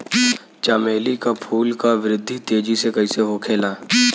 चमेली क फूल क वृद्धि तेजी से कईसे होखेला?